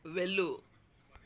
వెళ్ళు